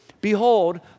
Behold